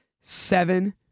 seven